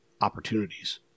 opportunities